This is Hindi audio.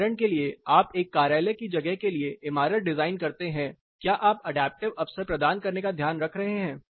उदाहरण के लिए आप एक कार्यालय की जगह के लिए एक इमारत डिज़ाइन करते हैं क्या आप अडैप्टिव अवसर प्रदान करने का ध्यान रख रहे हैं